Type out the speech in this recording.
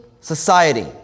society